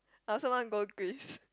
I also want go Greece